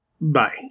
Bye